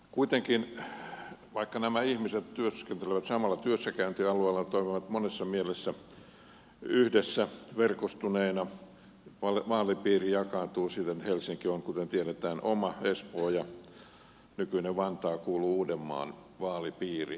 kuitenkin vaikka nämä ihmiset työskentelevät samalla työssäkäyntialueella ja toimivat monessa mielessä yhdessä verkostuneina vaalipiiri jakaantuu siten että helsinki on kuten tiedetään oma espoo ja nykyinen vantaa kuuluvat uudenmaan vaalipiiriin